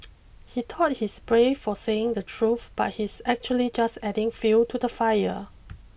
he thought he's brave for saying the truth but he's actually just adding fuel to the fire